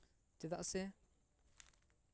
ᱪᱮᱫᱟᱜ ᱥᱮ